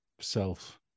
self